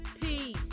peace